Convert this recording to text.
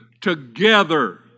together